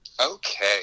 Okay